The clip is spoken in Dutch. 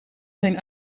zijn